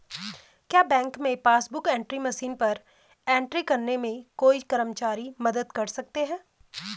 क्या बैंक में passbook book entry machine पर एंट्री करने में कोई कर्मचारी मदद कर सकते हैं?